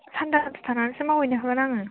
सानथामसो थानानैसो मावहैनो हागोन आङो